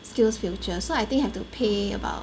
skillsfuture so I have to pay about